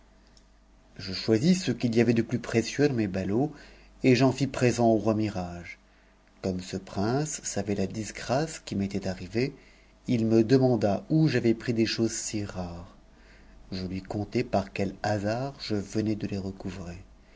refusa f ce qu'il y avait de plus précieux dans mes ballots et j'en fis au roi mihrage comme ce prince savait la disgrâce qui m'était arrivée il me demanda où j'avais pris des choses si rares je lui ro t i par quel hasard je venais de les recouvrer